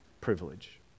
privilege